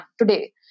today